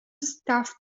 stuff